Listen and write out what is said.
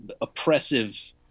oppressive